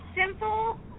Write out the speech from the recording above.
simple